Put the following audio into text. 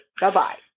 Bye-bye